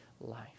life